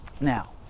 now